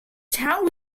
town